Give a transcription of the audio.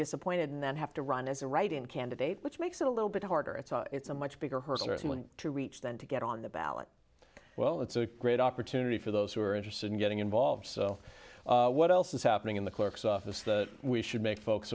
disappointed and then have to run as a write in candidate which makes it a little bit harder it's a it's a much bigger her story to reach than to get on the ballot well it's a great opportunity for those who are interested in getting involved so what else is happening in the clerk's office that we should make folks